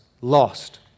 lost